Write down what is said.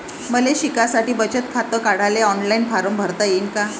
मले शिकासाठी बचत खात काढाले ऑनलाईन फारम भरता येईन का?